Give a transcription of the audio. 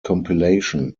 compilation